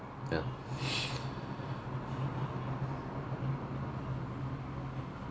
ya